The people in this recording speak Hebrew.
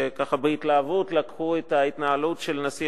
שבהתלהבות לקחו את ההתנהלות של נשיא